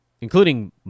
including